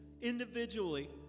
Individually